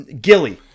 Gilly